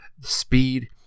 speed